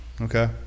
okay